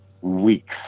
weeks